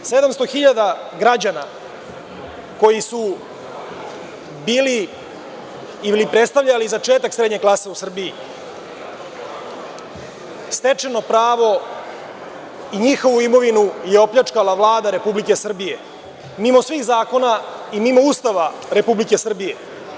Dakle, 700.000 građana koji su bili ili predstavljali začetak srednje klase u Srbiji, stečeno pravo i njihovu imovinu je opljačkala Vlada Republike Srbije, mimo svih zakona i mimo Ustava Republike Srbije.